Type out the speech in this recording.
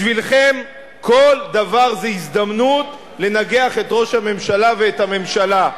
בשבילכם כל דבר זה הזדמנות לנגח את ראש הממשלה ואת הממשלה.